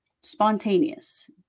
spontaneous